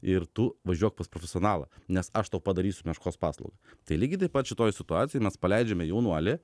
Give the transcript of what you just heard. ir tu važiuok pas profesionalą nes aš tau padarysiu meškos paslaugą tai lygiai taip pat šitoj situacijoj mes paleidžiame jaunuolį